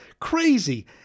Crazy